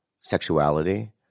sexuality